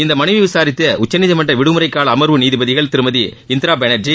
இந்த மனுவை விசாரித்த உச்சநீதிமன்ற விடுமுறை கால அமர்வு நீதிபதிகள் திருமதி இந்திரா பானர்ஜி